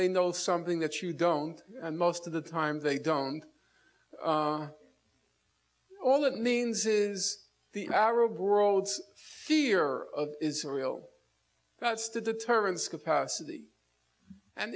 they know something that you don't and most of the time they don't all it means is the arab world's fear of israel that's the deterrence capacity and